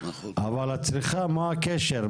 אבל מה הקשר לצריכה